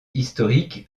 historique